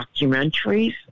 documentaries